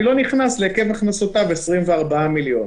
אני לא נכנס להיקף הכנסותיו 24 מיליון.